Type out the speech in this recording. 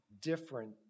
different